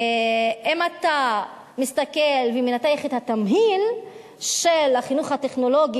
ואם אתה מסתכל ומנתח את התמהיל של החינוך הטכנולוגי